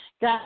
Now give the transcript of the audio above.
got